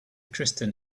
kristen